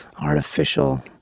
Artificial